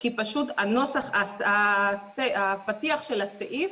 כי פשוט הפתיח של הסעיף